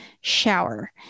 shower